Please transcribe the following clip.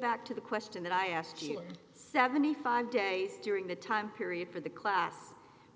back to the question that i asked you seventy five days during the time period for the class